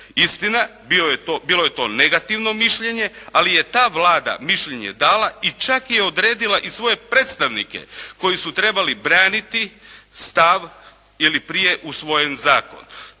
Istina, bilo je to negativno mišljenje, ali je ta Vlada mišljenje dala i čak je i odredila i svoje predstavnike koji su trebali braniti stav ili prije usvojen zakon.